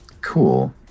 Cool